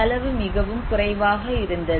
செலவு மிகவும் குறைவாக இருந்தது